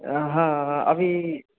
हाँ हाँ अभी